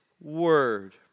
word